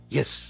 Yes